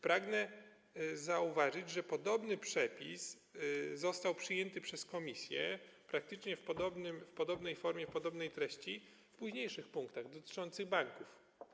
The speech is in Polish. Pragnę zauważyć, że podobny przepis został przyjęty przez komisję praktycznie w podobnej formie, w podobnej treści w późniejszych punktach dotyczących banków.